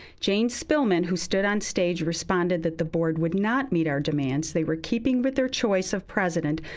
jane spilman, who stood on stage, responded that the board would not meet our demands. they were keeping with their choice of president,